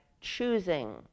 choosing